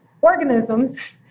organisms